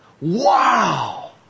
Wow